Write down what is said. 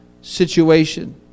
situation